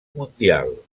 mundial